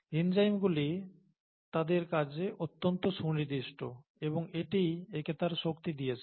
এনজাইমগুলি তাদের কাজে অত্যন্ত সুনির্দিষ্ট এবং এটিই একে তার শক্তি দিয়েছে